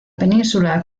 península